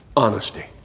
honesty